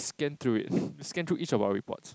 scan through it he scan through each of our reports